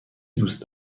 دوست